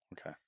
Okay